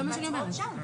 זה מה שאני אומרת.